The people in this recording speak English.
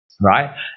right